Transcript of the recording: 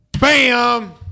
BAM